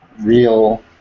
real